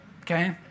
Okay